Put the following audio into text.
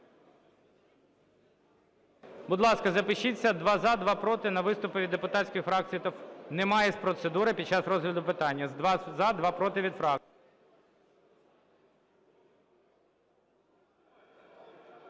Будь ласка, запишіться: два – за, два – проти на виступи від депутатських фракцій та… Немає з процедури під час розгляду питання. Два – за, два – проти від фракцій.